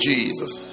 Jesus